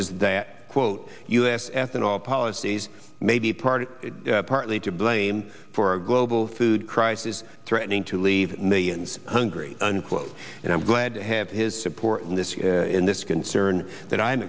s that quote u s ethanol policies may be part of partly to blame for a global food crisis threatening to leave millions hungry unquote and i'm glad to have his support in this in this concern that i'm